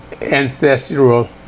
ancestral